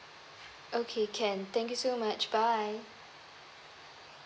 okay can thank you so much bye